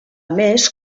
més